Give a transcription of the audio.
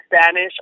Spanish